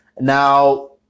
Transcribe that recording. Now